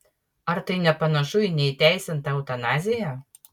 ar tai nepanašu į neįteisintą eutanaziją